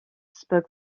spoke